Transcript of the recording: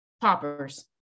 poppers